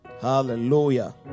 Hallelujah